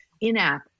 In-app